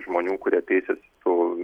žmonių kurie teisėsi su